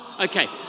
Okay